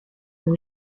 dans